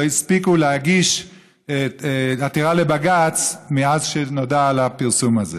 לא הספיקו להגיש עתירה לבג"ץ מאז נודע על הפרסום הזה.